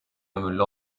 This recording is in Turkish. ömürlü